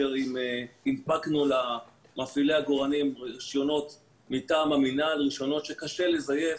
הנפקנו למפעילי העגורנים רישיונות מטעם המינהל שממש קשה לזייף,